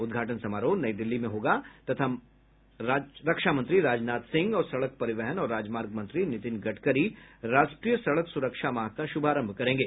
उद्वाटन समारोह नई दिल्ली में होगा तथा रक्षामंत्री राजनाथ सिंह और सड़क परिवहन और राजमार्ग मंत्री नितिन गडकरी राष्ट्रीय सड़क सुरक्षा माह का शुभारंभ करेंगे